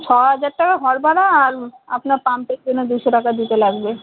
ছ হাজার টাকা ঘর ভাড়া আর আপনার পাম্পের জন্য দুশো টাকা দিতে লাগবে